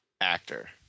actor